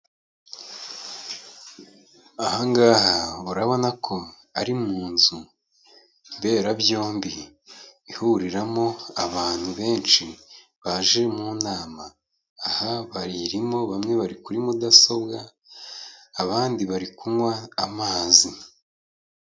Aha ngaha urabona ko ari mu nzu mberabyombi ihuriramo abantu benshi baje mu nama, aha bayirimo, bamwe bari kuri mudasobwa, abandi bari kunywa amazi.